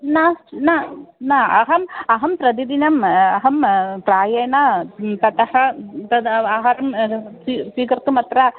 न न न अहम् अहं प्रतिदिनं अहं प्रायेण ततः तद् आहारं स्वी स्वीकर्तुम् अत्र